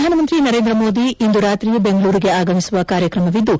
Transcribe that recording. ಪ್ರಧಾನಮಂತ್ರಿ ನರೇಂದ್ರ ಮೋದಿ ಇಂದು ರಾತ್ರಿ ಬೆಂಗಳೂರಿಗೆ ಆಗಮಿಸುವ ಕಾರ್ಯಕ್ರಮವಿದ್ದು